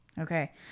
Okay